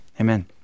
Amen